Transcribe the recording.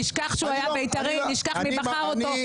נשכח מי בחר אותו,